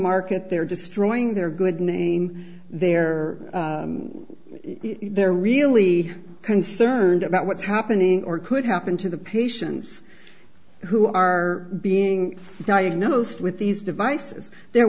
market they're destroying their good name there they're really concerned about what's happening or could happen to the patients who are being diagnosed with these devices there